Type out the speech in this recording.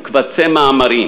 וקובצי מאמרים,